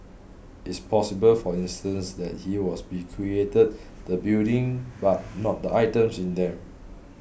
it's possible for instance that he was bequeathed the building but not the items in them